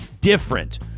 different